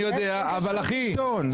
לגבי חדר מיון קדמי,